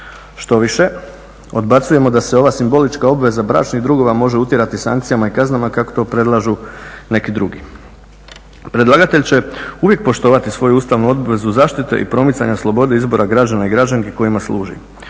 Štoviše, odbacujemo da se ova simbolička obveza bračnih drugova može utjerati sankcijama i kaznama kako to predlažu neki drugi. Predlagatelj će uvijek poštovati svoju ustavnu obvezu zaštite i promicanja slobode građana i građanki kojima služi.